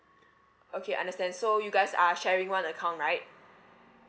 okay understand so you guys are sharing one account right